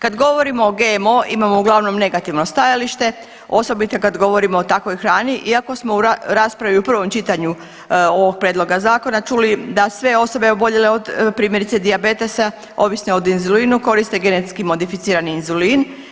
Kad govorimo o GMO imamo uglavnom negativno stajalište osobito kad govorimo o takvoj hrani, iako smo u raspravi u prvom čitanju ovog prijedloga zakona čuli da sve osobe oboljele od primjerice dijabetesa ovisne o inzulinu koriste genetski modificirani inzulin.